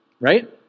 right